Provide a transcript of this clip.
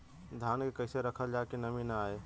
धान के कइसे रखल जाकि नमी न आए?